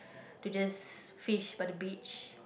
to just fish by the beach